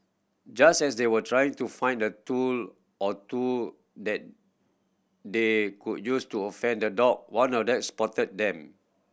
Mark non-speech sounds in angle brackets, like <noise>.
just as they were trying to find a tool or two that they could use to <unintelligible> fend the dog one of that spotted them